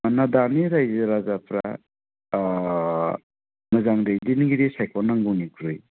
मानोना दानि रायजो राजाफ्रा अह मोजां दैदेनगिरि सायख'नांगौनिख्रुइ